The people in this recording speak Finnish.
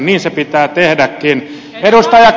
niin se pitää tehdäkin